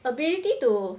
ability to